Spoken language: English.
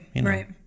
right